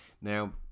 Now